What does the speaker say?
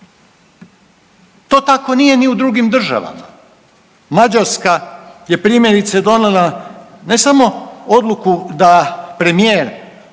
To tako nije ni u drugim državama. Mađarska je primjerice donijela ne samo odluku da premijer